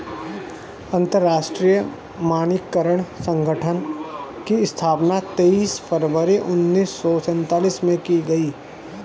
अंतरराष्ट्रीय मानकीकरण संगठन की स्थापना तेईस फरवरी उन्नीस सौ सेंतालीस में की गई